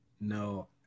no